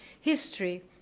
History